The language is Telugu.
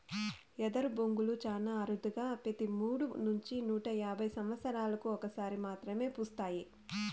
ఎదరు బొంగులు చానా అరుదుగా పెతి మూడు నుంచి నూట యాభై సమత్సరాలకు ఒక సారి మాత్రమే పూస్తాయి